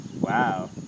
Wow